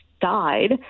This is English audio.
died